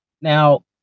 Now